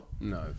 no